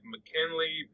McKinley